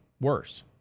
worse